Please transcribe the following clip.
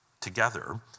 together